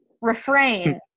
refrain